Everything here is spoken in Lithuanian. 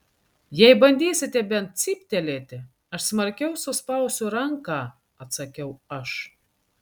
jei bandysite bent cyptelėti aš smarkiau suspausiu ranką atsakiau aš